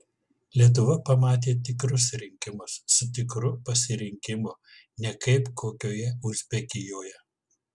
lietuva pamatė tikrus rinkimus su tikru pasirinkimu ne kaip kokioje uzbekijoje